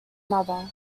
mother